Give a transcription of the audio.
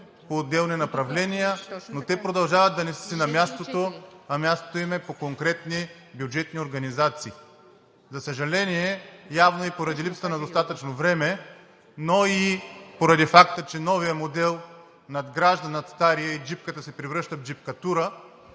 по отделни направления, но те продължават да не са си на мястото, а мястото им е по конкретни бюджетни организации. За съжаление, явно и поради липсата на достатъчно време, но и поради факта, че новият модел надгражда над стария и джипката се превръща в джипкатура,